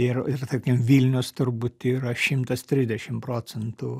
ir ir tarkim vilnius turbūt yra šimtas trisdešim procentų